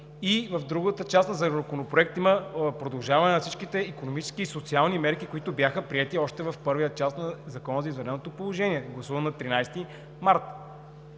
и в другата част на законопроекта – продължаване на всичките икономически и социални мерки, които бяха приети още в първата част на Закона за извънредното положение, гласуван на 13 март.